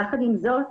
יחד עם זאת,